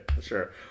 Sure